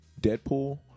Deadpool